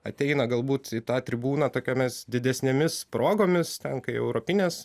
ateina galbūt į tą tribūną tokiomis didesnėmis progomis ten kai europinės